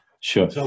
Sure